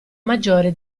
maggiore